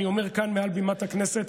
אני אומר כאן מעל בימת הכנסת,